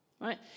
Right